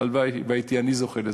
הלוואי שהייתי אני זוכה לזה.